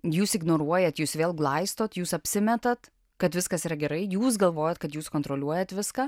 jūs ignoruojat jūs vėl glaistot jūs apsimetat kad viskas yra gerai jūs galvojat kad jūs kontroliuojat viską